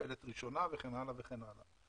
מופעלת ראשונה וכן הלאה וכן הלאה,